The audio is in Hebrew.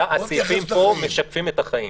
הסעיפים פה משקפים את החיים,